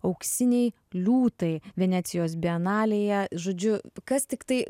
auksiniai liūtai venecijos bienalėje žodžiu kas tiktai